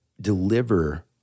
deliver